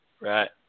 Right